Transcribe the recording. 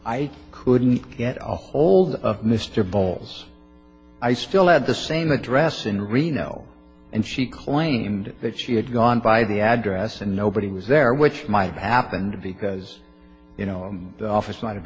i couldn't get a hold of mr bowles i still had the same address in reno and she claimed that she had gone by the address and nobody was there which might have happened because you know the office might have